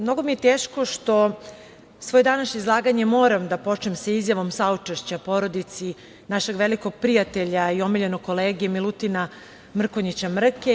Mnogo mi je teško što svoje današnje izlaganje moram da počnem izjavom saučešća porodici našeg velikog prijatelja i omiljenog kolege Milutina Mrkonjića Mrke.